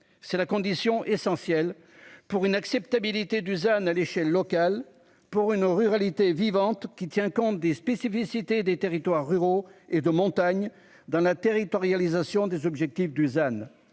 C'est la condition essentielle pour une acceptabilité Dusan à l'échelle locale pour une ruralité vivante qui tient compte des spécificités des territoires ruraux et de montagne dans la territorialisation des objectifs Dusan